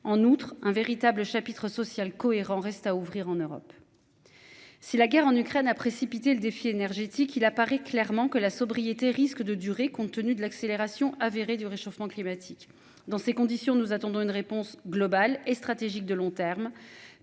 en outre un véritable chapitre social cohérent reste à ouvrir en Europe. Si la guerre en Ukraine a précipité le défi énergétique, il apparaît clairement que la sobriété risque de durer. Compte tenu de l'accélération avérés du réchauffement climatique dans ces conditions, nous attendons une réponse globale et stratégique de long terme,